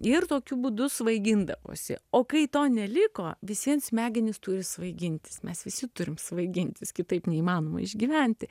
ir tokiu būdu svaigindavosi o kai to neliko visvien smegenys turi svaigintis mes visi turim svaigintis kitaip neįmanoma išgyventi